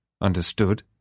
Understood